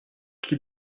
qui